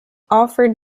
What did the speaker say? offered